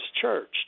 church